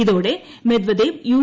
ഇതോടെ Medvedev U